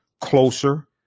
closer